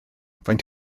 faint